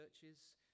churches